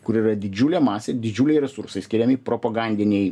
kur yra didžiulė masė didžiuliai resursai skiriami propagandiniai